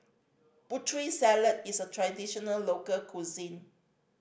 Putri Salad is a traditional local cuisine